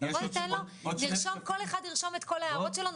כל אחד ירשום את ההערות שלו,